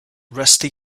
rusty